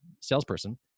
salesperson